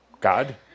God